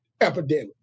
epidemic